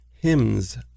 Hymns